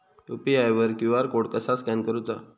UPI वर QR code कसा scan करूचा?